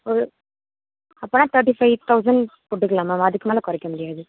ஒ அப்படின்னா thirty five thousand போட்டுக்கலாம் மேம் அதுக்கு மேலே குறைக்க முடியாது